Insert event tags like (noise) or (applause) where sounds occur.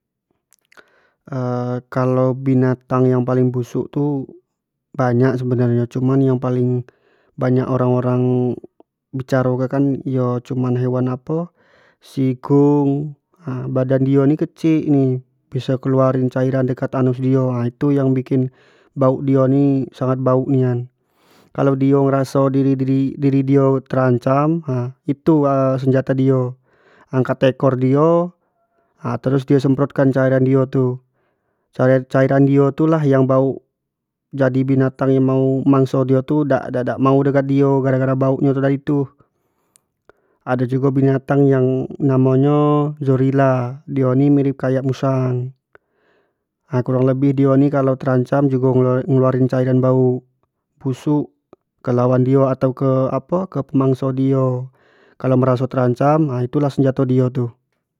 (noise) (hesitation) kalau binatang itu yang paling busuk tu, banyak sebenar nyo cuman yang paling banyak orang- orang bicaro kek kan yo cuman hewan apo, sikung ha badan dio ni kecik ni, bisa keluarin cairan dekat anus dio, nah itu yang bikin dio ni sangat bauk nian (noise) kalau dio ngeraso diri- diri- diri dio terancam ha itu dio senjato dio, angkat ekor dio terus dio semprotkan cairan dio tu, cair- cairan dio tu lah yang bauk jadi binatang yang mau mangso dio tu dak mau dekat dengan dio garo- garo baauk nyo tu cam tu ado jugo binatang yang namonyo zorila, dio ni mirip kayak musang. cnah kurang lebih dio ni kalau terancam jugo ngeluarin cairan- cairan bauk busuk ke lawan dio atau apo mangso dio kalau dio meraso terancam nah itu lah senjato dio tu.